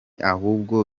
ahubwo